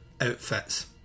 outfits